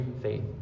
faith